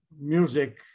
music